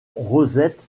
rosette